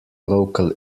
local